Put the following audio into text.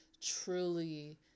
truly